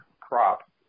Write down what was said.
crop